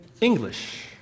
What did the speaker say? English